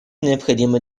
необходимо